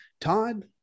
Todd